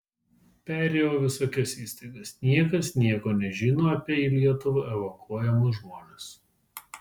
perėjau visokias įstaigas niekas nieko nežino apie į lietuvą evakuojamus žmones